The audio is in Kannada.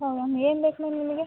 ಹಾಂ ಮ್ಯಾಮ್ ಏನು ಬೇಕು ಮ್ಯಾಮ್ ನಿಮಗೆ